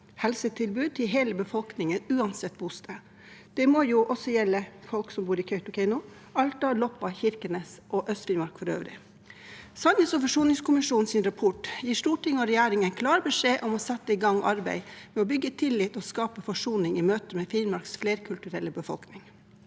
helsetilbud til hele befolkningen uansett bosted. Det må jo også gjelde folk som bor i Kautokeino, Alta, Loppa, Kirkenes og Øst-Finnmark for øvrig. Sannhets- og forsoningskommisjonens rapport gir storting og regjering klar beskjed om å sette i gang arbeidet med å bygge tillit og skape forsoning i møte med Finnmarks flerkulturelle befolkning.